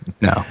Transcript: No